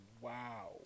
Wow